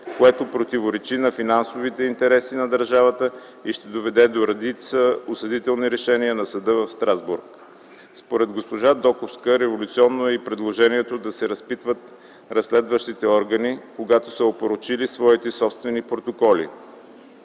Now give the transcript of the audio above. което противоречи и на финансовите интереси на държавата и ще доведе до редица осъдителни решения на Съда в Страсбург. Според госпожа Доковска революционно е и предложението да се разпитват разследващите органи, когато са опорочили своите собствени протоколи.